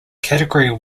category